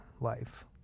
life